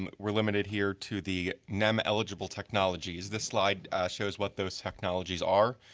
um we're limited here to the nem eligible technologies. this slide shows what those technologies are,